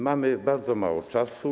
Mamy bardzo mało czasu.